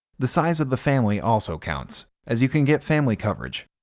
the size of the family also counts, as you can get family coverage.